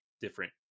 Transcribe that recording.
different